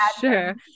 sure